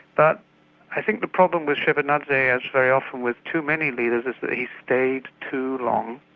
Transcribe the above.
but i think the problem with shevardnadze as very often with too many leaders, is that he stayed too long.